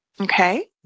Okay